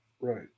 Right